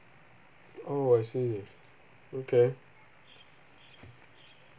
oh I see okay